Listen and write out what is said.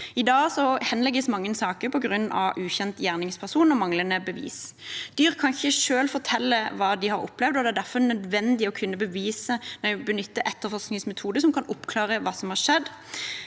I dag henlegges mange saker grunnet ukjent gjerningsperson og manglende bevis. Dyr kan ikke selv fortelle hva de har opplevd, og det er derfor nødvendig å kunne benytte etterforskningsmetoder som kan oppklare hva som har skjedd.